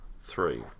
three